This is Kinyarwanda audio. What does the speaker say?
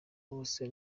bose